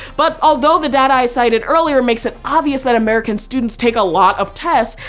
but although the data i cited earlier makes it obvious that american students take a lot of tests,